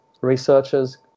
researchers